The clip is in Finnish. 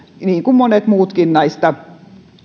niin kuin monet muutkin näistä